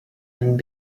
and